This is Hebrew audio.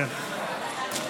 התקבלה,